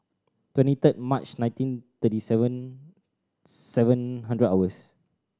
twenty third March nineteen thirty seven seven hundred hours